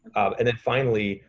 and then finally,